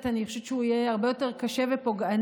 חושבת שהוא יהיה הרבה יותר קשה ופוגעני,